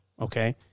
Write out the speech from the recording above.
okay